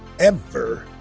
ever.